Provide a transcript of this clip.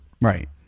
Right